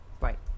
Right